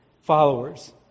followers